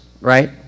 right